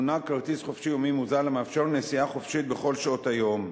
הונהג כרטיס "חופשי יומי" מוזל המאפשר נסיעה חופשית בכל שעות היום,